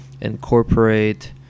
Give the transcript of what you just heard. incorporate